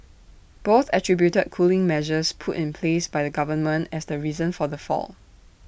both attributed cooling measures put in place by the government as the reason for the fall